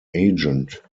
agent